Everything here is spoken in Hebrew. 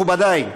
מכובדי,